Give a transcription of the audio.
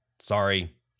Sorry